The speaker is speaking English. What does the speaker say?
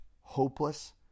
hopeless